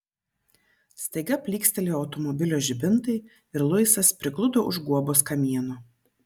staiga plykstelėjo automobilio žibintai ir luisas prigludo už guobos kamieno